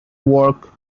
work